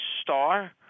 star